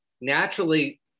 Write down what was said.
naturally